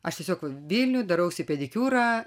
aš tiesiog vilniuj darausi pedikiūrą